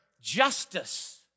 justice